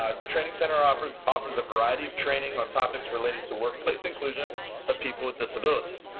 the training center offers offers a variety of training on topics related to workplace inclusion of people with disabilities.